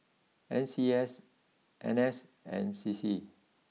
N C S N S and C C